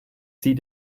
sie